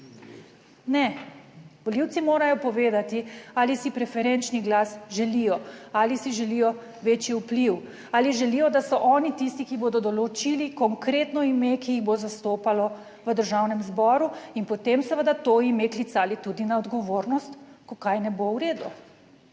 Ne, volivci morajo povedati, ali si preferenčni glas želijo ali si želijo večji vpliv ali želijo, da so oni tisti, ki bodo določili konkretno ime, ki jih bo zastopalo v Državnem zboru in potem seveda to ime klicali tudi na odgovornost, ko kaj ne bo v redu.